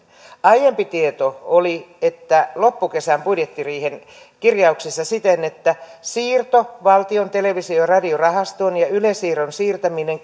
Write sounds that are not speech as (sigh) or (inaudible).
aiempi tieto oli loppukesän budjettiriihen kirjauksessa siten että siirto valtion televisio ja radiorahastoon ja yle siirron siirtäminen (unintelligible)